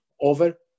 over